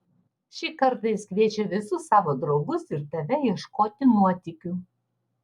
šį kartą jis kviečia visus savo draugus ir tave ieškoti nuotykių